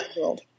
world